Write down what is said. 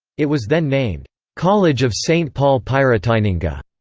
it was then named college of st. paul piratininga.